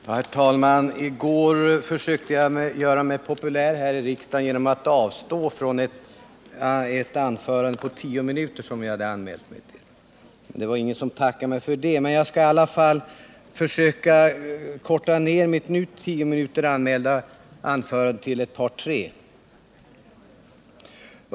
Herr talman! I går försökte jag göra mig populär här i riksdagen genom att avstå från ett anförande på 10 minuter som jag hade anmält mig till. Det var ingen som tackade mig för det, men jag skall i alla fall försöka korta ner mitt nu till 10 minuter anmälda anförande till ett par tre minuter.